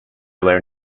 were